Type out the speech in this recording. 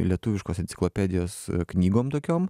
lietuviškos enciklopedijos knygom tokiom